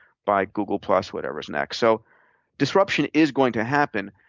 by google plus, whatever's next, so disruption is going to happen.